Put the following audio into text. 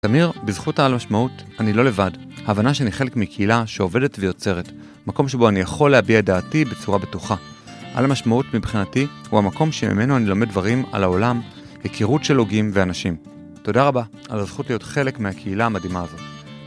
תמיר, בזכות העל משמעות, אני לא לבד. ההבנה שאני חלק מקהילה שעובדת ויוצרת, מקום שבו אני יכול להביע את דעתי בצורה בטוחה. העל משמעות מבחינתי הוא המקום שממנו אני לומד דברים על העולם, הכרות של הוגים ואנשים. תודה רבה על הזכות להיות חלק מהקהילה המדהימה הזאת.